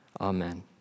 Amen